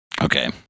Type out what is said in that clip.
Okay